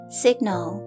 signal